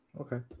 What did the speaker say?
Okay